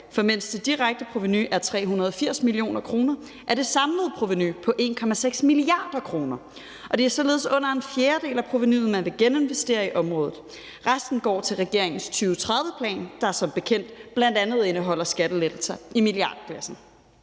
for mens det direkte provenu er 380 mio. kr., er det samlede provenu på 1,6 mia. kr., og det er således under en fjerdedel af provenuet, man vil geninvestere i området. Resten går til regeringens 2030-plan, der som bekendt bl.a. indeholder skattelettelser i milliardklassen.